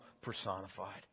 personified